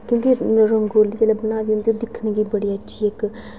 क्योंकि रंगोली जिसलै बनाई दी होंदी दिक्खने गी बड़ी अच्छी इक